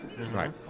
Right